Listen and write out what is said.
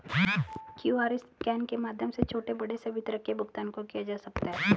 QR scan के माध्यम से छोटे बड़े सभी तरह के भुगतान को किया जा सकता है